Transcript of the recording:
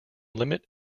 limit